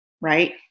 right